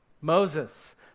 Moses